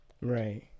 right